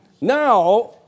now